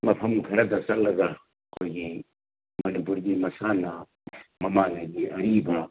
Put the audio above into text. ꯃꯐꯝ ꯈꯔꯗ ꯆꯠꯂꯒ ꯑꯩꯈꯣꯏꯒꯤ ꯃꯅꯤꯄꯨꯔꯒꯤ ꯃꯁꯥꯟꯅ ꯃꯃꯥꯡꯉꯩꯒꯤ ꯑꯔꯤꯕ